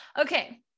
Okay